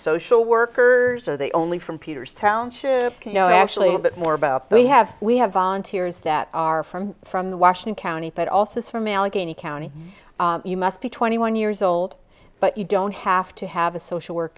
social workers are they only from peter's township you know actually a bit more about we have we have volunteers that are from from the washing county but also from allegheny county you must be twenty one years old but you don't have to have a social work